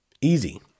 easy